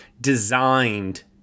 designed